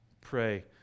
pray